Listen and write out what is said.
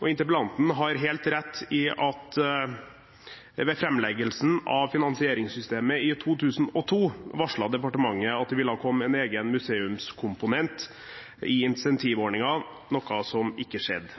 og interpellanten har helt rett i at ved framleggelsen av finansieringssystemet i 2002 varslet departementet at det ville komme en egen museumskomponent i insentivordningen, noe som ikke skjedde.